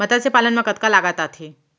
मतस्य पालन मा कतका लागत आथे?